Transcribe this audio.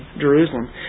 Jerusalem